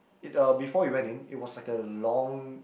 it uh before we went in it was like a long